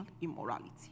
immorality